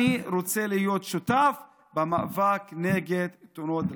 אני רוצה להיות שותף במאבק נגד תאונות דרכים.